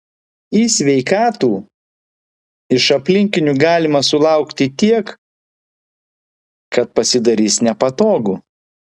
į sveikatų iš aplinkinių galima sulaukti tiek kad pasidarys nepatogu